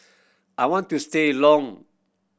I want to see a long